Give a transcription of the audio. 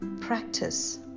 practice